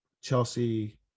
Chelsea